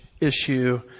issue